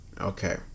Okay